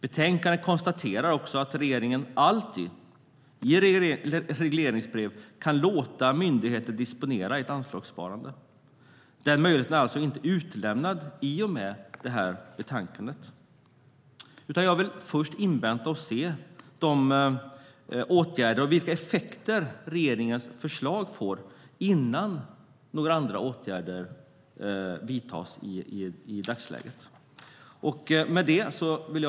Utskottet konstaterar i betänkandet att regeringen alltid i regleringsbrev kan låta myndigheter disponera ett anslagssparande. Den möjligheten har alltså inte utelämnats i och med betänkandet. Jag vill först invänta och se vilka effekter regeringens förslag får innan några andra åtgärder vidtas i dagsläget. Fru talman!